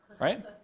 right